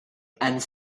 and